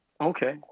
Okay